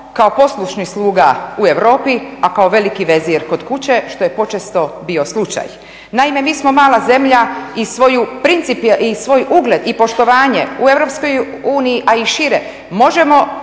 kao poslušni sluga u Europi a kao veliki vezir kod kuće, što je počesto bio slučaj. Naime, mi smo mala zemlja i svoj ugled i poštovanje u Europskoj uniji a i šire možemo